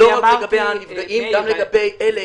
דיברת על נפגעים גם לגבי אלה